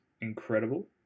incredible